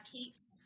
Kate's